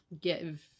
give